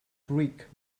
brick